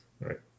Right